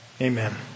Amen